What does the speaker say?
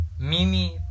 Mimi